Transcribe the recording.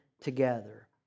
together